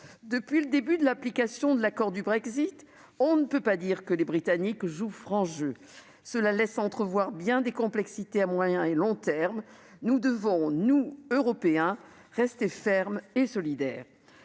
Depuis le début de l'application de l'accord du Brexit, on ne peut d'ailleurs pas dire que les Britanniques jouent franc-jeu, ce qui fait craindre bien des complications à moyen et long termes. Nous devons, nous Européens, rester fermes et solidaires.